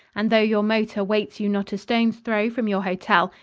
and though your motor waits you not a stone's throw from your hotel,